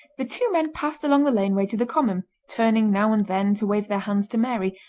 the two men passed along the laneway to the common, turning now and then to wave their hands to mary,